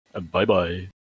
Bye-bye